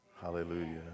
Hallelujah